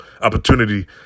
opportunity